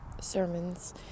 sermons